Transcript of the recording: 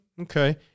okay